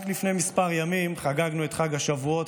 רק לפני כמה ימים חגגנו את חג השבועות,